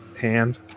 hand